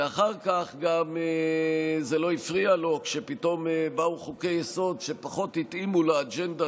ואחר כך זה גם לא הפריע לו כשפתאום באו חוקי-יסוד שפחות התאימו לאג'נדה